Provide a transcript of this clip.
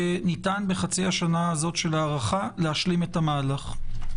שניתן בחצי השנה הזאת של ההארכה להשלים את המהלך?